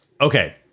Okay